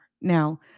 Now